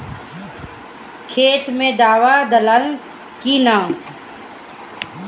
खेत मे दावा दालाल कि न?